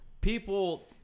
people